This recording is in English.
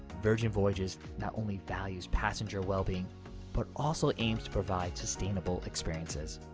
virgin voyages not only values passenger well-being but also aims to provide sustainable experiences.